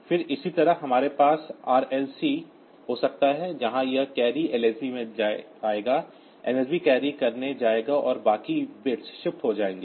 फिर इसी तरह हमारे पास RLC हो सकता है जहां यह कैरी लसब में आएगा मसब कैरी करने जाएगा और बाकी बिट्स शिफ्ट हो जाएंगे